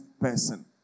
person